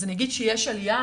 אז אני אגיד שיש עליה,